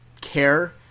care